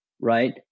right